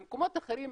במקומות אחרים,